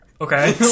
okay